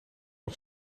nog